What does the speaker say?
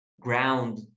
ground